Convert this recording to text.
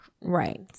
right